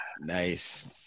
nice